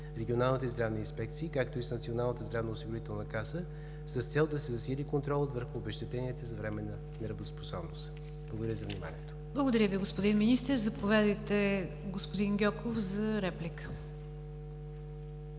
регионалните и здравни инспекции, както и с Националната здравноосигурителна каса, с цел да се засили контролът върху обезщетенията за временна неработоспособност. Благодаря за вниманието. ПРЕДСЕДАТЕЛ НИГЯР ДЖАФЕР: Благодаря Ви, господин Министър. Заповядайте, господин Гьоков, за реплика.